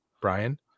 Brian